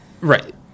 right